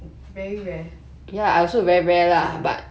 very rare ya